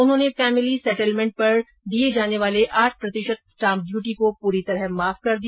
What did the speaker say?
उन्होंने family settlement पर देय आठ प्रतिशत स्टाम्प ड्यूटी को पूरी तरह माफ कर दिया